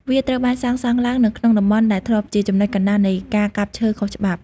វាត្រូវបានសាងសង់ឡើងនៅក្នុងតំបន់ដែលធ្លាប់ជាចំណុចកណ្តាលនៃការកាប់ឈើខុសច្បាប់។